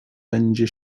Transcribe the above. będzie